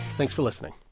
thanks for listening